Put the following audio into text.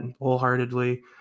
wholeheartedly